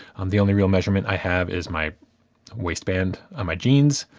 i'm. the only real measurement i have is my waistband on my jeans.